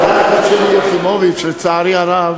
חברת הכנסת שלי יחימוביץ, לצערי הרב,